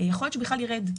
יכול להיות שבכלל ירד,